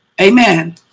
Amen